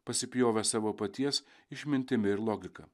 pasipjovęs savo paties išmintimi ir logika